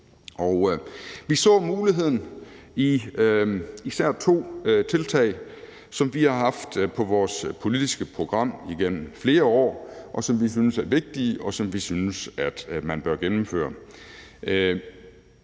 vi så muligheden i især to tiltag, som vi har haft på vores politiske program igennem flere år, som vi synes er vigtige, og som vi synes at man bør gennemføre.